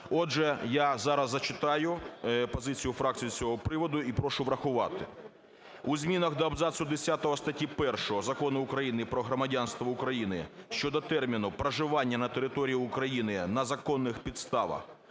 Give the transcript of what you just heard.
Отже, я зараз зачитаю позицію фракції з цього приводу і прошу врахувати. У змінах до абзацу десятого статті 1 Закону України "Про громадянство України" щодо терміну "проживання на території України на законних підставах"